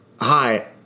hi